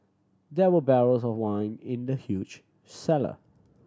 there were barrels of wine in the huge cellar